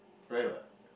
right what